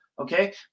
okay